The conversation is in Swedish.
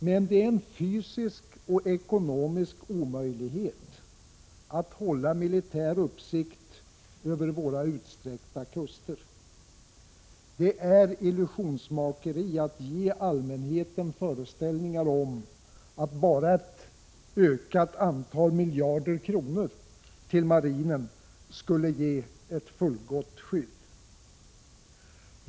Men det är en fysisk och ekonomisk omöjlighet att hålla militär uppsikt över våra långsträckta kuster. Det är illusionsmakeri att ge allmänheten föreställningar om att bara ett ökat antal miljarder kronor till marinen skulle ge ett fullgott skydd.